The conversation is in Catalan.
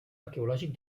arqueològic